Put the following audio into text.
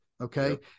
okay